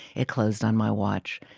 it closed on my watch.